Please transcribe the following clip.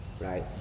Right